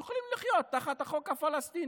הם יכולים לחיות תחת החוק הפלסטיני.